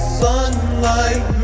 sunlight